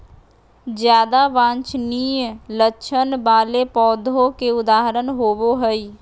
ज्यादा वांछनीय लक्षण वाले पौधों के उदाहरण होबो हइ